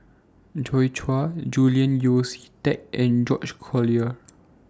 Joi Chua Julian Yeo See Teck and George Collyer